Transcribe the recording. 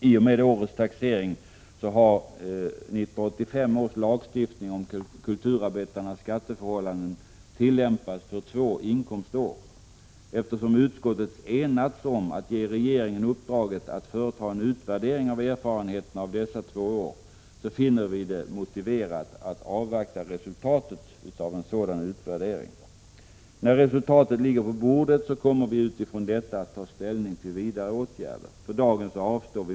I och med årets taxering har 1985 års lagstiftning om kulturarbetarnas skatteförhållanden tillämpats för två inkomstår. Eftersom utskottet enats om att ge regeringen uppdraget att företa en utvärdering av erfarenheterna av dessa två år finner vi det motiverat att avvakta resultatet av en sådan utvärdering. När resultatet ligger på bordet kommer vi utifrån detta att ta ställning till vidare åtgärder.